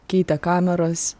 keitė kameras